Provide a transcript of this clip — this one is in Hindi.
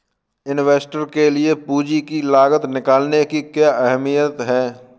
इन्वेस्टर के लिए पूंजी की लागत निकालने की क्या अहमियत है?